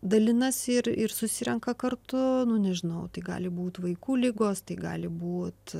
dalinasi ir ir susirenka kartu nu nežinau tai gali būt vaikų ligos tai gali būt